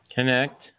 Connect